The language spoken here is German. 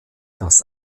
das